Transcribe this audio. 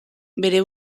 bere